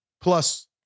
plus